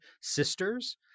sisters